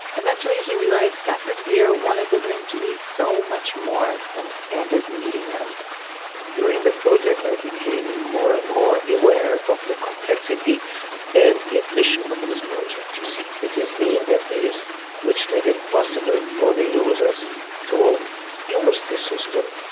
eventually he realized stafford beer wanted the room to be so much more than a standard meeting room during the project, i became more and more aware of the complexity and the ambition of this project. you see, it is the interface which made it possible for the users to use the system